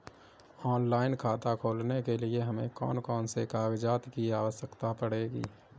Online खाता खोलने के लिए हमें कौन कौन से कागजात की आवश्यकता पड़ेगी?